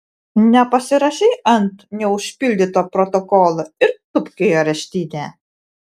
nepasirašei ant neužpildyto protokolo ir tūpk į areštinę